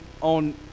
on